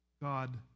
God